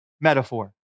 metaphor